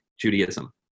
Judaism